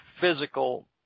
physical